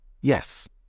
Yes